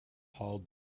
hauled